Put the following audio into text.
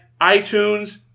iTunes